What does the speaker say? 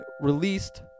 released